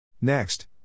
Next